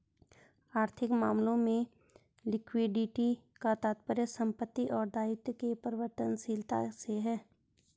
आर्थिक मामलों में लिक्विडिटी का तात्पर्य संपत्ति और दायित्व के परिवर्तनशीलता से है